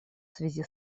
связи